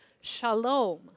shalom